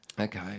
Okay